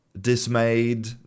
dismayed